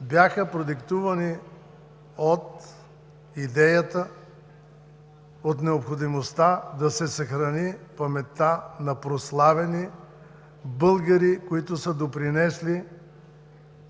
бяха продиктувани от идеята от необходимостта да се съхрани паметта на прославени българи, които са допринесли